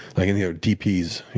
like and you know dps,